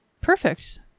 perfect